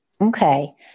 Okay